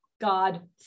God